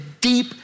deep